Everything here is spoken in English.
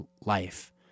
life